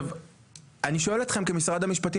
אני שואל אתכם כמשרד המשפטית,